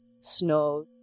snow